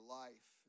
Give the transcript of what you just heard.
life